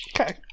Okay